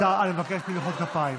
אני מבקש בלי מחיאות כפיים,